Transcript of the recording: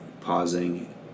pausing